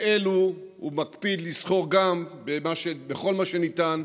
באלו הוא מקפיד לסחור בכל מה שניתן,